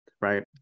right